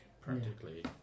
Practically